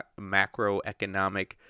macroeconomic